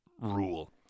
rule